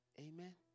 Amen